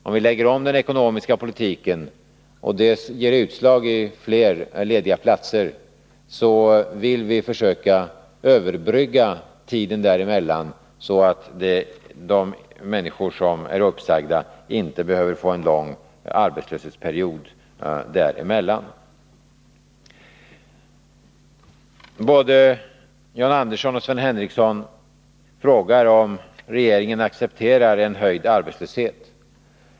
Om vi lägger om den ekonomiska politiken och det ger utslag i fler lediga platser, så vill vi försöka överbrygga tiden däremellan, så att människorna som blir uppsagda inte behöver få en lång arbetslöshetsperiod. Både John Andersson och Sven Henricsson frågar om regeringen Nr 80 accepterar en höjd arbetslöshet.